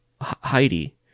Heidi